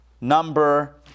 number